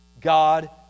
God